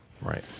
Right